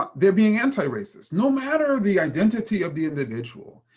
ah they're being anti-racist, no matter the identity of the individual.